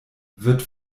wird